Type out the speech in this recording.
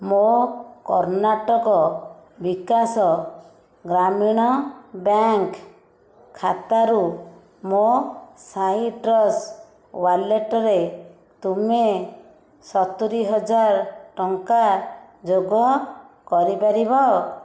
ମୋ କର୍ଣ୍ଣାଟକ ବିକାଶ ଗ୍ରାମୀଣ ବ୍ୟାଙ୍କ୍ ଖାତାରୁ ମୋ ସାଇଟ୍ରସ୍ ୱାଲେଟ୍ ରେ ତୁମେ ସତୂରୀ ହଜାର ଟଙ୍କା ଯୋଗ କରିପାରିବ